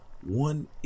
one